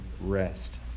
rest